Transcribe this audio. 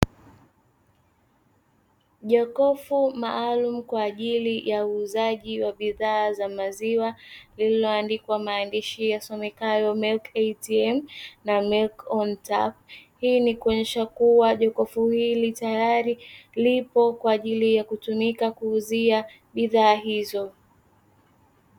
Jokofu maalumu kwa ajili ya uuzaji wa bidhaa za maziwa, lililoandikwa maandishi yasomekayo "MILK ATM" na "MILK ON TAP", hii ni kuonesha kuwa jokofu hili tayari lipo kwa ajili ya kutumika kuuzia bidhaa hizo.